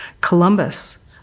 Columbus